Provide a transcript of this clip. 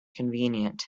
convenient